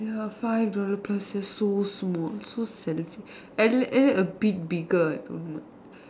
they were five dollar plus just so small so selfish I like a bit bigger